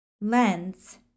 lens